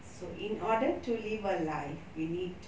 so in order to live a life we need